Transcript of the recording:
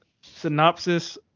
synopsis